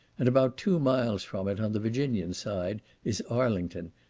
and about two miles from it, on the virginian side, is arlington,